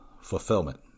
fulfillment